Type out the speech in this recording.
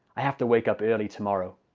i have to wake up early tomorrow!